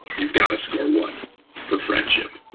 you've got a score one for friendship.